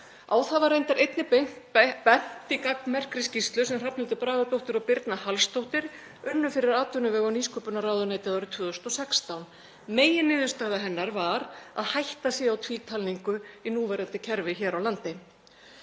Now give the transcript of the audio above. var reyndar einnig bent í gagnmerkri skýrslu sem Hrafnhildur Bragadóttir og Birna Hallsdóttir unnu fyrir atvinnuvega- og nýsköpunarráðuneytið árið 2016. Meginniðurstaða hennar var að hætta sé á tvítalningu í núverandi kerfi hér á landi.